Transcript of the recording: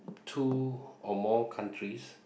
two or more countries